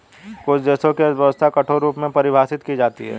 कुछ देशों की अर्थव्यवस्था कठोर रूप में परिभाषित की जाती हैं